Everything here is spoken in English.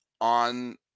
on